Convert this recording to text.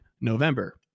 November